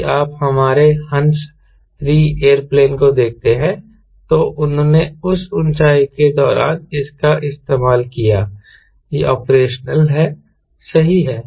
यदि आप हमारे हंसा 3 एयरप्लेन को देखते हैं तो उन्होंने उस ऊंचाई के दौरान इसका इस्तेमाल किया यह ऑपरेशनल है सही है